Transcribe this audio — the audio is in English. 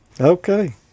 Okay